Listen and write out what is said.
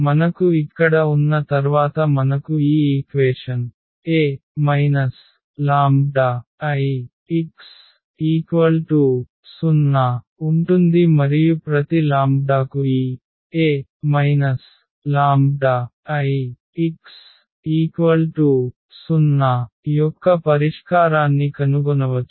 మనకు ఇక్కడ ఉన్న తర్వాత మనకు ఈ ఈక్వేషన్ A λIx0 ఉంటుంది మరియు ప్రతి లాంబ్డాకు ఈ A λIx0 యొక్క పరిష్కారాన్ని కనుగొనవచ్చు